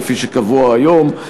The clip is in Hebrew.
כפי שקבוע היום,